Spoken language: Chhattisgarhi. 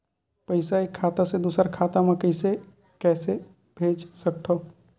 पईसा एक खाता से दुसर खाता मा कइसे कैसे भेज सकथव?